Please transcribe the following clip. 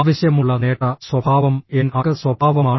ആവശ്യമുള്ള നേട്ട സ്വഭാവം എൻ ആക് സ്വഭാവമാണ്